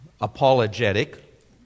apologetic